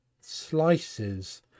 slices